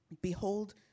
Behold